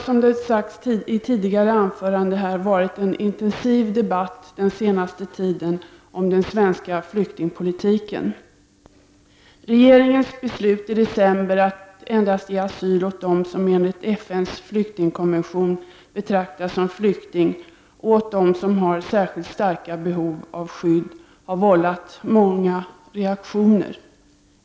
Som det sagts i tidigare anföranden har debatten om den svenska flyktingpolitiken varit intensiv under den senaste tiden. Regeringens beslut i december om att endast ge asyl till den som enligt FN:s flyktingkonvention betraktas som flykting och till den som har särskilt starka behov av skydd har vållat många reaktioner.